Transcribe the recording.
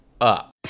up